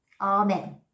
Amen